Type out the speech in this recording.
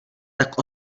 tak